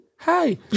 Hey